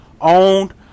owned